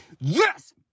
Yes